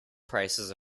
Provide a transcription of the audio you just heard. prices